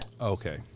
okay